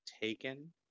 taken